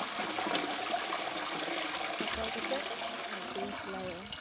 ᱪᱷᱟᱯᱟᱣ ᱠᱟᱛᱮ ᱟᱡ ᱛᱮᱜᱮ ᱥᱮᱞᱟᱭᱚᱜᱼᱟ